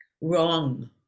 wrong